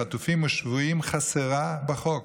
חטופים ושבויים חסרה בחוק.